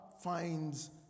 finds